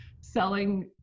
selling